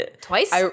Twice